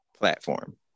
platform